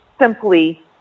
simply